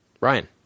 ryan